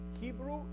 Hebrew